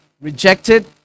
rejected